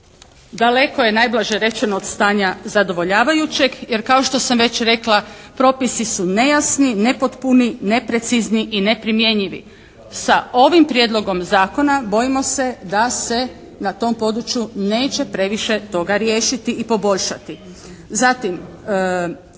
daleko je najblaže rečeno od stanja zadovoljavajućeg jer kao što sam već rekla propisi su nejasni, nepotpuni, neprecizni i neprimjenjivi. Sa ovim prijedlogom zakona bojimo se da se na tom području neće previše toga riješiti i poboljšati.